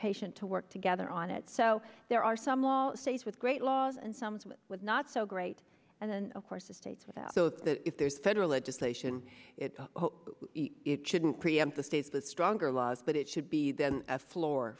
patient to work together on it so there are some all states with great laws and some with not so great and then of course the states without so that if there's federal legislation it shouldn't preempt the states the stronger laws but it should be then a floor